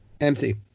mc